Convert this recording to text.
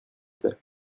plait